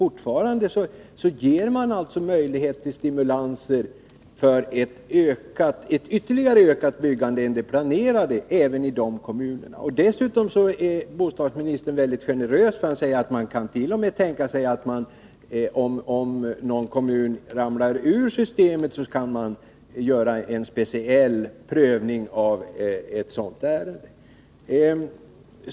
Men fortfarande ger man även i de kommunerna möjlighet till stimulans för ett ytterligare ökat byggande utöver det planerade. Dessutom är bostadsministern generös och säger, att om någon kommun ramlar ur systemet, kan man tänka sig att göra en speciell prövning av ett sådant ärende.